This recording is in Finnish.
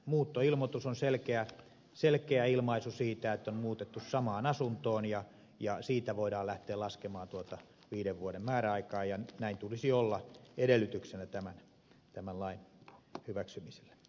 muuttoilmoitus on selkeä ilmaisu siitä että on muutettu samaan asuntoon ja siitä voidaan lähteä laskemaan tuota viiden vuoden määräaikaa ja tämän tulisi olla edellytyksenä tämän lain hyväksymiselle